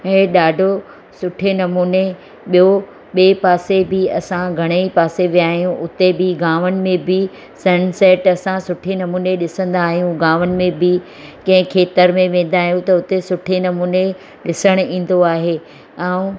ऐं ॾाढो सुठे नमूने ॿियो ॿिए पासे बि असां घणेई पासे विया आहियूं उते बि गांवनि में बि सन सेट असां सुठे नमूने ॾिसंदा आहियूं गांवनि में बि कंहिं खेतर में वेंदा आहियूं त हुते सुठे नमूने ॾिसणु ईंदो आहे ऐं